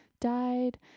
died